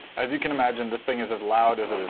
as you can imagine, this thing is as loud as it is